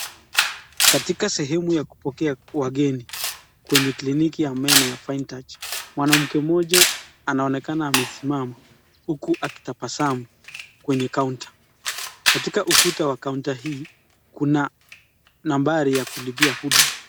Katika sehemu ya kupokea wageni kwenye kliniki ya meno ya Fine Touch, mwanamke mmoja anaonekana amesimama huku akitabasamu kwenye (cs) counter (cs) katika ukuta wa (cs) counter (cs)hii kuna nambari ya kulipia huduma.